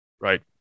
Right